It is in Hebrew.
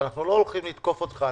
ואנו לא הולכים לתוקף אותך.